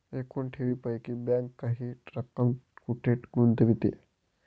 एकूण ठेवींपैकी बँक काही रक्कम कुठे गुंतविते?